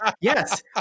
Yes